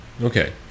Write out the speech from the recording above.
Okay